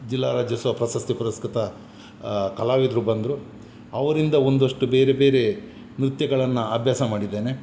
ಜಿಲ್ಲಾ ರಾಜ್ಯೋತ್ಸವ ಪ್ರಶಸ್ತಿ ಪುರಸ್ಕೃತ ಕಲಾವಿದರು ಬಂದರು ಅವರಿಂದ ಒಂದಷ್ಟು ಬೇರೆ ಬೇರೆ ನೃತ್ಯಗಳನ್ನು ಅಭ್ಯಾಸ ಮಾಡಿದ್ದೇನೆ